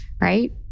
right